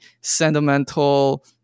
sentimental